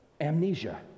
amnesia